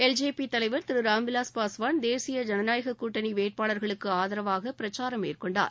LJP தலைவர் திரு ராம்விலாஸ் பாஸ்வான் தேசிய ஜனநாயக கூட்டணி வேட்பாளர்களுக்கு ஆதரவாக பிரச்சாரம் மேற்கொண்டார்